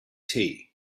tea